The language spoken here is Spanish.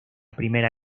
primera